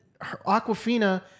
Aquafina